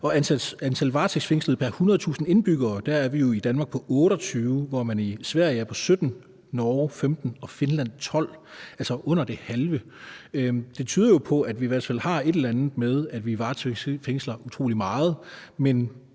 antal varetægtsfængslede pr. 100.000 indbyggere, ligger tallet i Danmark på 28, hvor det i Sverige er 17, i Norge er det 15, og i Finland er det 12, altså under det halve. Det tyder jo på, at der i hvert fald er et eller andet med, at vi varetægtsfængsler utrolig meget, men